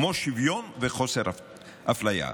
כמו שוויון וחוסר אפליה.